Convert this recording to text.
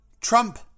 Trump